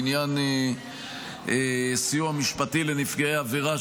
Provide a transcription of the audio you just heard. בעניין סיוע משפטי לנפגעי עבירה,